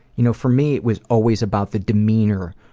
you know for me it was always about the demeanor